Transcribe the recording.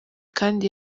kandi